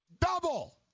Double